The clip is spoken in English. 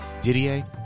Didier